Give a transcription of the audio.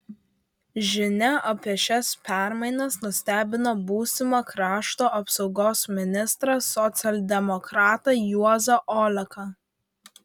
žinia apie šias permainas nustebino būsimą krašto apsaugos ministrą socialdemokratą juozą oleką